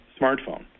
smartphone